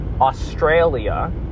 Australia